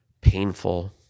painful